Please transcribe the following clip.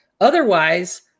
otherwise